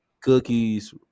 Cookies